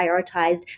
prioritized